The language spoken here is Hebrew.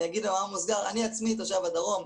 אגיד במאמר מוסגר שאני עצמי תושב הדרום,